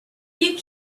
you